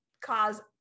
cause